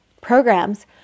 programs